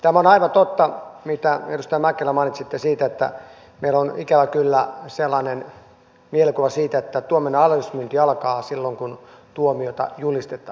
tämä on aivan totta mitä edustaja mäkelä mainitsitte siitä että meillä on ikävä kyllä sellainen mielikuva että tuomion alennusmyynti alkaa silloin kun tuomiota julistetaan